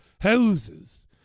houses